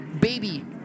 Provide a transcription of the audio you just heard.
baby